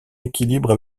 équilibre